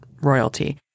royalty